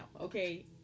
okay